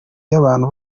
y’abantu